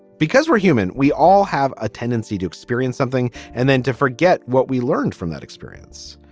because we're human we all have a tendency to experience something and then to forget what we learned from that experience.